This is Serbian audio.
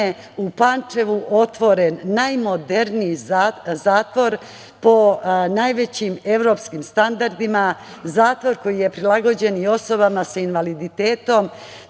u Pančevu otvoren najmoderniji zatvor po najvećim evropskim standardima, zatvor koji je prilagođen i osobama sa invaliditetom.